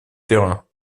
terrain